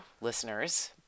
listeners